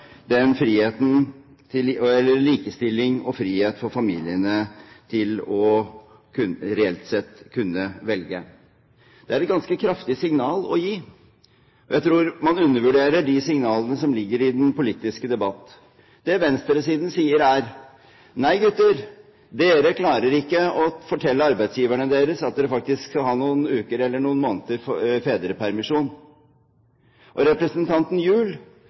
den politiske debatten. Det venstresiden sier, er: Nei, gutter, dere klarer ikke å fortelle arbeidsgiverne deres at dere faktisk skal ha noen uker eller måneder fedrepermisjon. Og representanten